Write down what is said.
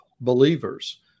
believers